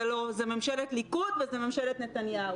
לא זאת ממשלה ליכוד וזה ממשלת נתניהו.